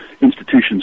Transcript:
institutions